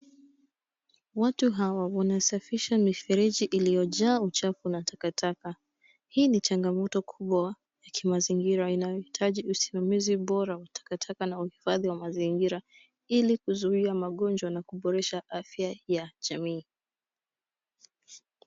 Watu hawa wanasafisha mifereji iliyojaa uchafu na takataka. Hii ni changamoto kubwa ya kimazingira inayohitaji usimamizi bora wa takataka na uhifadhi wa mazingira ili kuzuia magonjwa na kuboresha afya ya jamii.